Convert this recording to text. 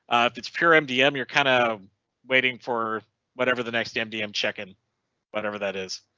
if it's pure mdm you're kind of waiting for whatever the next mdm check in whatever that is.